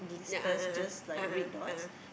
ya a'ah a'ah